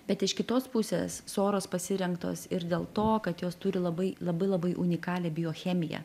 bet iš kitos pusės soros pasirinktos ir dėl to kad jos turi labai labai labai unikalią biochemiją